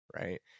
Right